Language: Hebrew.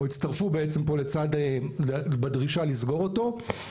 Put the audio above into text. או הצטרפו בעצם פה בדרישה לסגור אותו.